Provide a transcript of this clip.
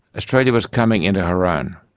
australia was coming into her own.